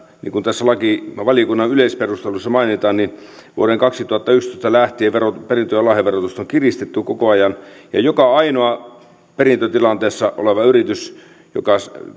niin kuin tässä valiokunnan yleisperusteluissa mainitaan että vuodesta kaksituhattayksitoista lähtien perintö ja lahjaverotusta on kiristetty koko ajan ja joka ainoa perintötilanteessa oleva yritys joka